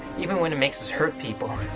even when it makes us hurt people.